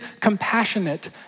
compassionate